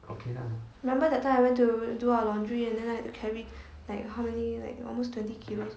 remember that time I went to do our laundry and then I had to carry like how many like almost twenty kilos